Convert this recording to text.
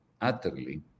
utterly